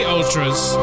Ultras